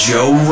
Joe